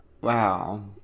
Wow